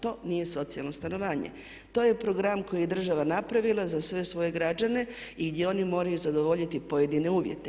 To nije socijalno stanovanje, to je program koji je država napravila za sve svoje građane i gdje oni moraju zadovoljiti pojedine uvjete.